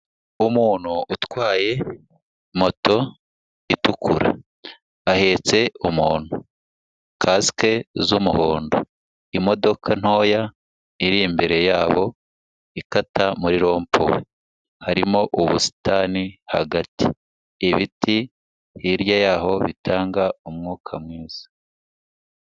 Umuntu utwaye moto itukura, ahetse umuntu, kasike z'umuhondo, imodoka ntoya iri imbere yabo ikata muri rompuwe, harimo ubusitani hagati, ibiti hirya y'aho bitanga umwuka mwiza.